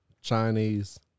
Chinese